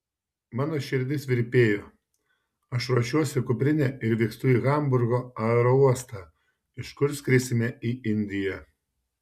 mano širdis virpėjo aš ruošiuosi kuprinę ir vykstu į hamburgo aerouostą iš kur skrisime į indiją